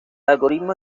algoritmo